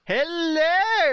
Hello